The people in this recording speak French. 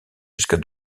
jusqu’à